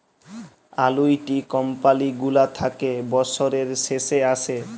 আলুইটি কমপালি গুলা থ্যাকে বসরের শেষে আসে